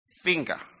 finger